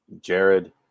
Jared